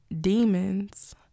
demons